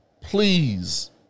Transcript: please